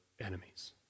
enemies